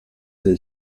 del